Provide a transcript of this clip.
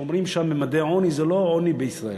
כשאומרים שם ממדי עוני, זה לא העוני בישראל,